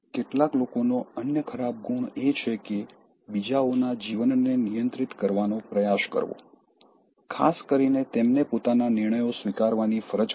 કેટલાક લોકોનો અન્ય ખરાબ ગુણ એ છે કે બીજાઓના જીવનને નિયંત્રિત કરવાનો પ્રયાસ કરવો ખાસ કરીને તેમને પોતાના નિર્ણયો સ્વીકારવાની ફરજ પાડવી